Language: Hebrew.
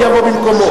אני אבוא במקומו,